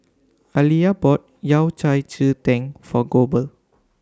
Aleah bought Yao Cai Ji Tang For Goebel